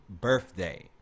birthday